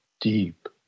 deep